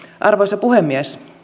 arvoisa puhemies